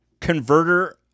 converter